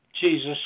Jesus